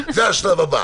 זה השלב הבא.